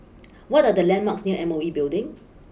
what are the landmarks near M O E Building